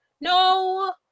no